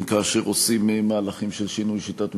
כאשר עושים מהלכים של שינוי שיטת הממשל,